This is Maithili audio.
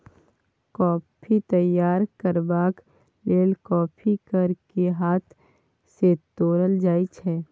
कॉफी तैयार करबाक लेल कॉफी फर केँ हाथ सँ तोरल जाइ छै